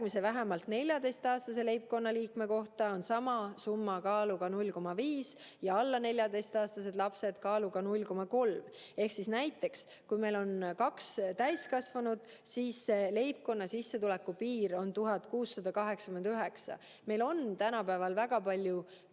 vähemalt 14‑aastase leibkonnaliikme kohta on sama summa kaaluga 0,5 ja alla 14-aastase lapse kohta on see kaaluga 0,3. Ehk näiteks, kui meil on kaks täiskasvanut, siis leibkonna sissetuleku piir on 1689. Meil on tänapäeval väga palju